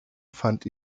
fand